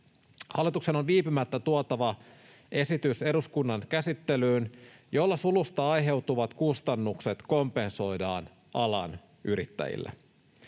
Hallituksen on viipymättä tuotava eduskunnan käsittelyyn esitys, jolla sulusta aiheutuvat kustannukset kompensoidaan alan yrittäjille.